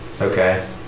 Okay